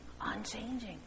unchanging